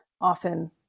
often